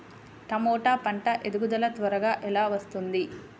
టమాట పంట ఎదుగుదల త్వరగా ఎలా వస్తుంది?